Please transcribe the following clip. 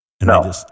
no